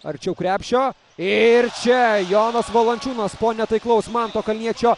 arčiau krepšio ir čia jonas valančiūnas po netaiklaus manto kalniečio